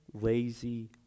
lazy